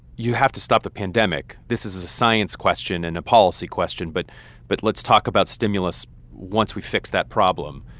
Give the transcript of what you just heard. you have to stop the pandemic. this is a science question and a policy question. but but let's talk about stimulus once we fix that problem.